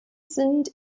sind